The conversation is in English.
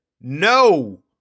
No